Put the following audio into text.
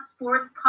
Sports